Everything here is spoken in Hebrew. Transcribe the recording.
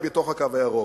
היא בתוך "הקו הירוק",